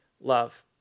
love